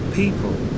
people